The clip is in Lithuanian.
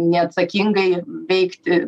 neatsakingai veikti